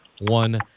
one